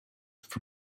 for